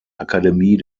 akademie